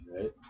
right